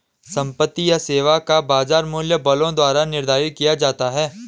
संपत्ति या सेवा का बाजार मूल्य बलों द्वारा निर्धारित किया जाता है